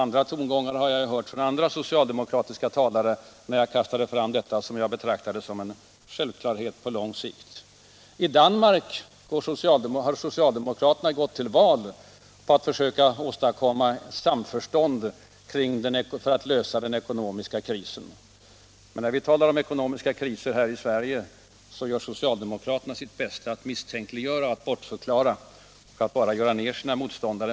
Liknande tongångar har jag hört från andra socialdemokratiska talare när jag kastat fram detta som jag betraktar som en självklarhet på lång sikt. I Danmark gick socialdemokraterna till val på att försöka åstadkomma samförstånd för att lösa den ekonomiska krisen. Men när vi talar om ekonomiska kriser här i Sverige gör socialdemokraterna sitt bästa för att misstänkliggöra, bortförklara och göra ned sina motståndare.